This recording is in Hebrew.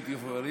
הייתי אומר,